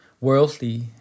worldly